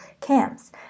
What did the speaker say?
camps